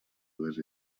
dues